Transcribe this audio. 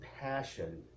passion